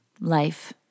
Life